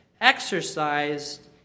exercised